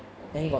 okay